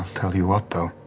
tell you what, though.